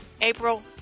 April